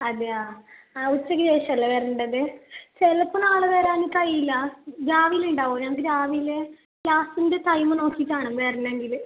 അതെയോ ആ ഉച്ചയ്ക്ക് ശേഷം അല്ലേ വരേണ്ടത് ചിലപ്പോൾ നാളെ വരാൻ കഴിയില്ല രാവിലെ ഉണ്ടാവുമോ ഞങ്ങൾക്ക് രാവിലെ ക്ലാസിൻ്റെ ടൈം നോക്കിയിട്ടാണ് വരണമെങ്കിൽ